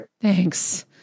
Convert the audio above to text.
Thanks